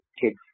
kids